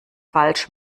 falsch